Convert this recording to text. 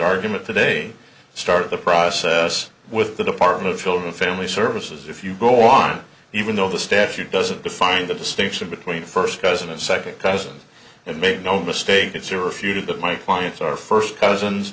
argument today start the process with the department of children family services if you go on even though the statute doesn't define the distinction between first cousin and second cousin and make no mistake it's your refuted that my clients are first cousins